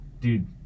Dude